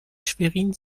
schwerin